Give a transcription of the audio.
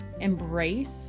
embrace